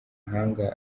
mahanga